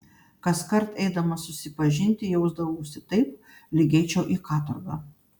kaskart eidamas susipažinti jausdavausi taip lyg eičiau į katorgą